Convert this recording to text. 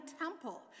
temple